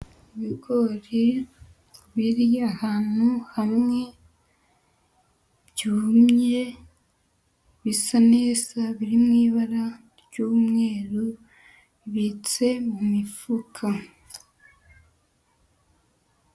Ibigori biri ahantu hamwe, byumye bisa neza biri mu ibara ry'umweru, bibitse mu mifuka.